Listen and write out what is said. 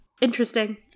Interesting